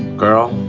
girl,